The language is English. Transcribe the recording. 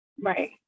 Right